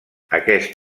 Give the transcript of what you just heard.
aquest